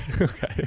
Okay